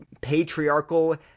patriarchal